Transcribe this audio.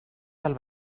del